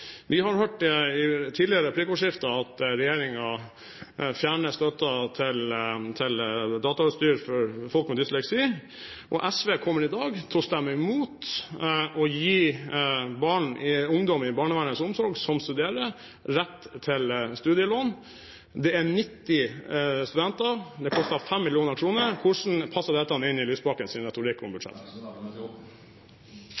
Vi har hørt i et tidligere replikkordskifte at regjeringen fjerner støtten til datautstyr for folk med dysleksi, og SV kommer i dag til å stemme imot å gi ungdom i barnevernets omsorg som studerer, rett til studielån. Det er 90 studenter, og det koster 5 mill. kr. Hvordan passer dette inn i Lysbakkens retorikk